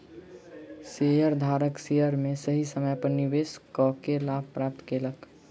शेयरधारक शेयर में सही समय पर निवेश कअ के लाभ प्राप्त केलक